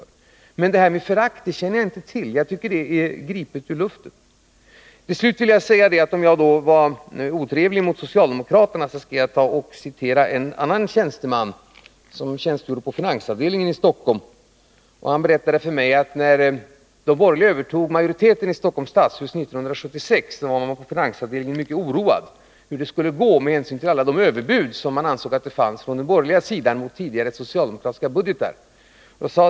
Men detta att jag skulle känna förakt för den offentliga verksamheten känner jag inte till — det är gripet ur luften. Till slut vill jag — om jag var otrevlig mot socialdemokraterna — citera en annan tjänsteman, som arbetade på finansavdelningen i Stockholm. Han berättade för mig att finansavdelningen var mycket oroad när de borgerliga 1976 övertog majoriteten i Stockholms stadshus. Anledningen var alla de överbud som enligt finansavdelningen fanns från den borgerliga sidan mot tidigare socialdemokratiska budgetar.